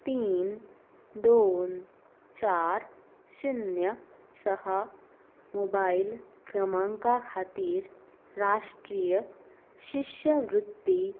तीन दोन चार शून्य स मोबायल क्रमांका खातीर राष्ट्रीय शिश्यवृत्ती